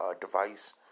device